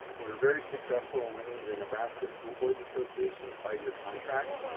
we were very successful in winning the nebraska school boards association's five year contract.